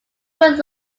would